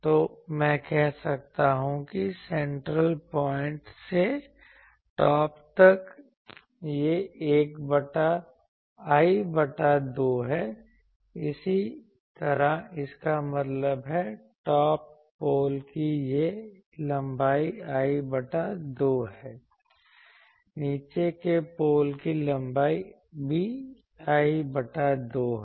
तो मैं कह सकता हूं कि सेंट्रल पॉइंट से टॉप तक यह I बटा 2 है इसी तरह इसका मतलब है टॉप पोल की यह लंबाई I बटा 2 है नीचे के पोल की लंबाई भी I बटा 2 है